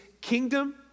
kingdom